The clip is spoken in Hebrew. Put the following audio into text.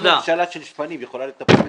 איך ממשלה של שפנים יכולה לטפל בדגים?